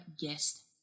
guest